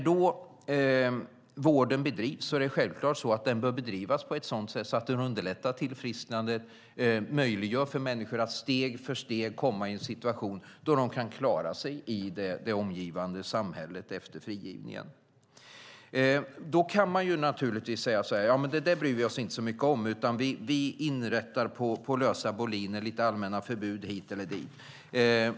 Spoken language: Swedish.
Det är självklart att denna vård bör bedrivas på ett sådant sätt att den underlättar tillfrisknande och möjliggör för människor att steg för steg komma i en situation då de kan klara sig i det omgivande samhället efter frigivningen. Man kan naturligtvis säga att det där bryr vi oss inte så mycket om, utan vi inrättar på lösa boliner lite allmänna förbud hit eller dit.